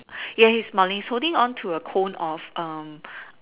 yes he's smiling he's holding on a cone of um